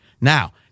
Now